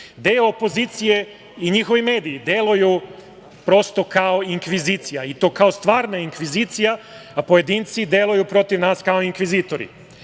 deo opozicije i njihovi mediji deluju prosto kao inkvizicija, i to kao stvarna inkvizicija, a pojedinci deluju protiv nas kao inkvizitori.